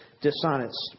dishonest